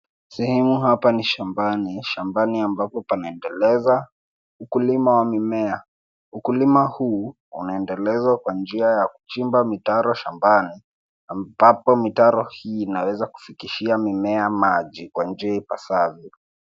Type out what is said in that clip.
Sehemu hapa ni shambani, shambani ambapo panaendeleza ukulima wa mimea. Ukulima huu unaendelezwa kwa njia ya kuchimba mitaro shambani ambapo mitaro hii inaweza kufikishia mimea maji kwa njia ipasavyo.